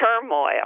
turmoil